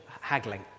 haggling